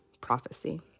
prophecy